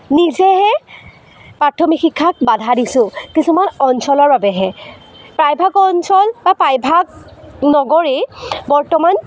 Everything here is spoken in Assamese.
নিজেহে প্ৰাথমিক শিক্ষাক বাধা দিছোঁ কিছুমান অঞ্চলৰ বাবেহে প্ৰায়ভাগ অঞ্চল বা প্ৰায়ভাগ নগৰেই বৰ্তমান